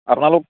আপোনালোক